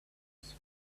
less